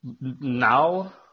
Now